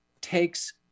takes